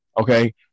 okay